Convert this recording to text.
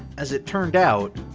as it turned out,